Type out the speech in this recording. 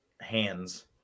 hands